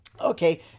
okay